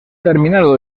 terminado